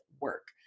work